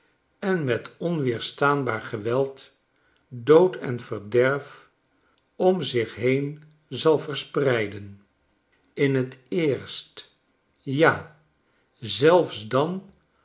en met onweerstaanbaar ge weld dood en verderf om zich heen zal verspreiden in t eerst ja zelfs dan